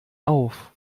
auf